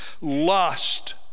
lust